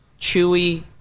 chewy